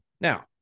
now